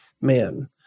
man